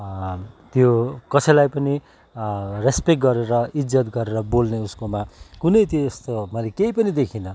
त्यो कसैलाई पनि रेस्पेक्ट गरेर इज्जत गरेर बोल्ने उसकोमा कुनै त्यो यस्तो मैले केही पनि देखिनँ